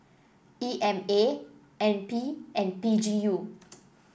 E M A N P and P G U